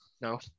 No